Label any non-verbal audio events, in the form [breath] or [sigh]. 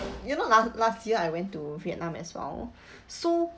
you know last last year I went to vietnam as well [breath] so